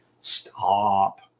Stop